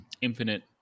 Infinite